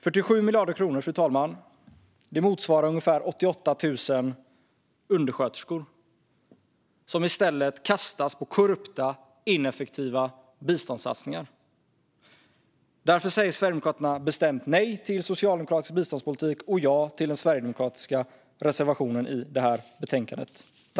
47 miljarder kronor, fru talman, motsvarar ungefär 88 000 undersköterskor. I stället kastas de på korrupta, ineffektiva biståndssatsningar. Därför säger Sverigedemokraterna bestämt nej till socialdemokratisk biståndspolitik och yrkar bifall till den sverigedemokratiska reservationen i betänkandet.